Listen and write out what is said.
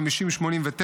פ/5089/25,